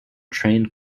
trained